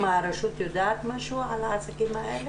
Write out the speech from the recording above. הרשות יודעת משהו על העסקים האלה?